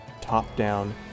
top-down